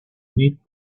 need